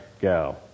go